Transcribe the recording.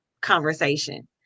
conversation